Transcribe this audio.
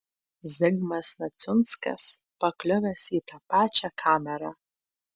zigmas neciunskas pakliuvęs į tą pačią kamerą